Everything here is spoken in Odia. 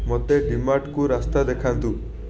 ମୋତେ ଡିମାର୍ଟ୍କୁ ରାସ୍ତା ଦେଖାନ୍ତୁ